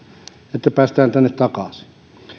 että päästään tänne takaisin